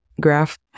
graph